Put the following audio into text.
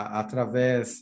através